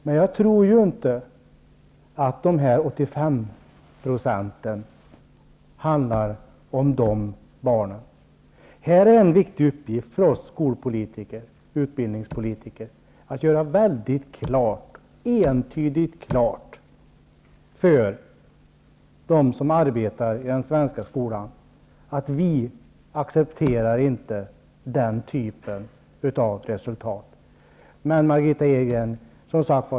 Men jag tror inte att de 85 % som vi diskuterar berör de barnen. Här är en viktig uppgift för oss utbildningspolitiker, att göra entydigt klart för dem som arbetar i den svenska skolan att vi inte accepterar den typen av resultat.